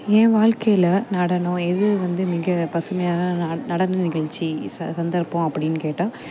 என் வாழ்க்கையில் நடனம் எது வந்து மிக பசுமையான நடன நிகழ்ச்சி சந்தர்ப்பம் அப்படின்னு கேட்டால்